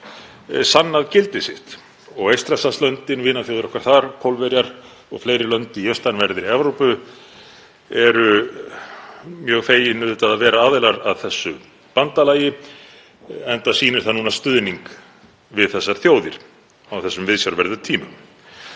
sannað gildi sitt og Eystrasaltslöndin, vinaþjóðir okkar þar, Pólverjar og fleiri þjóðir í austanverðri Evrópu eru mjög fegnar, auðvitað, að vera aðilar að þessu bandalagi, enda sýnir það stuðning við þessar þjóðir á þessum viðsjárverðu tímum.